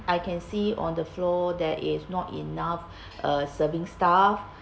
I can see on the floor there is not enough uh serving staff